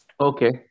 Okay